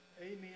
Amen